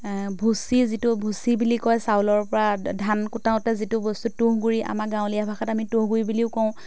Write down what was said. এ ভুচি যিটো ভুচি বুলি কয় চাউলৰ পৰা ধান কুটাওতে যিটো বস্তু তুঁহ গুৰি আমাৰ গাঁৱলীয়া ভাষাত আমি তুঁহ গুৰি বুলিও কওঁ